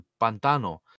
Pantano